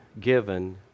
given